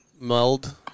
meld